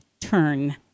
turn